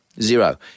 Zero